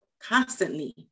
constantly